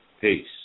Peace